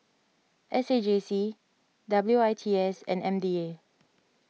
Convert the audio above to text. S A J C W I T S and M D A